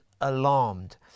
alarmed